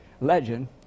legend